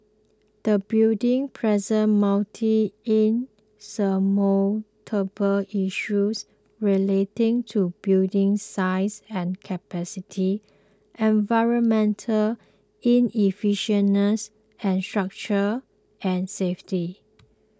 the building presents multiple insurmountable issues relating to building size and capacity environmental inefficiencies and structure and safety